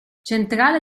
centrale